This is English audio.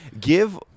Give